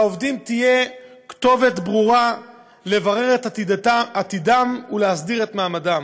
שלעובדים תהיה כתובת ברורה לברר את עתידם ולהסדיר את מעמדם.